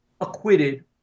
acquitted